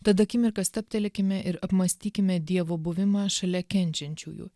tad akimirką stabtelėkime ir apmąstykime dievo buvimą šalia kenčiančiųjų